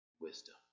wisdom